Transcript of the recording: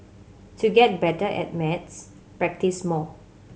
to get better at maths practise more